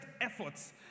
efforts